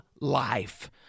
life